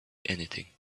anything